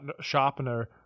sharpener